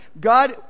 God